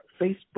Facebook